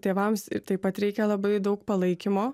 tėvams taip pat reikia labai daug palaikymo